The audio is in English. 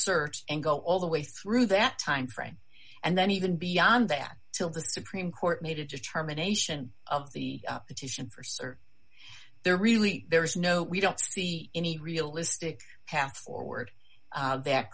search and go all the way through that timeframe and then even beyond that till the supreme court made a determination of the petition for certain there really there is no we don't see any realistic path forward that